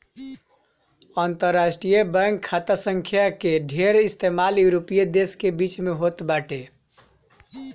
अंतरराष्ट्रीय बैंक खाता संख्या कअ ढेर इस्तेमाल यूरोपीय देस के बीच में होत बाटे